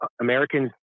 Americans